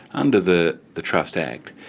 under the the trust act,